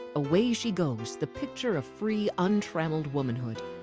away she goes. the picture of free untrammeled womanhood